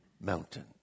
mountain